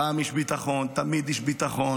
פעם איש ביטחון, תמיד איש ביטחון,